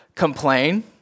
Complain